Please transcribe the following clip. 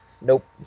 Nope